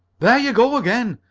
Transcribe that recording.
there you go again!